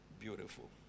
Beautiful